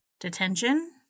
detention